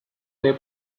they